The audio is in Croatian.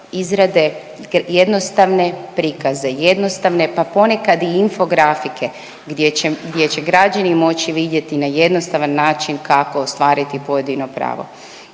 izrade jednostavne prikaze, jednostavne pa ponekad i info grafike gdje će građani moći vidjeti na jednostavan način kako ostvariti pojedino pravo.